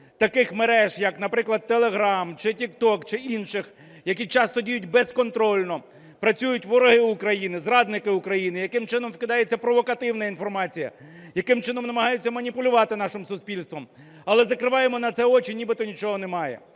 таких мереж як, наприклад, телеграм чи тікток, чи інших, які часто діють безконтрольно, працюють вороги України, зрадники України, яким чином скидається провокативна інформація, яким чином намагаються маніпулювати нашим суспільством. Але закриваємо на це очі, нібито нічого немає.